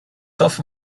self